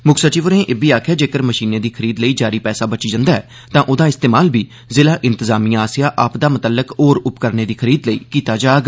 मुक्ख सचिव होरें इब्बी आक्खेआ जेकर मषीनें दी खरीद लेई जारी पैसा बची जंदा ऐ तां ओह्दा इस्तेमाल बी जिला इंतजामिया आसेआ आपदा मतल्लक होर उपकरणें दी खरीद लेई कीता जाग